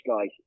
guys